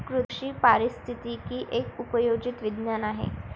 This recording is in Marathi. कृषी पारिस्थितिकी एक उपयोजित विज्ञान आहे